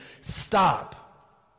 stop